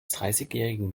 dreißigjährigen